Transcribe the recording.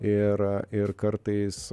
ir ir kartais